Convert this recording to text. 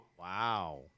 Wow